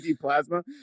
plasma